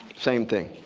same thing.